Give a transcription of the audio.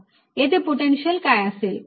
येथे पोटेन्शिअल काय असेल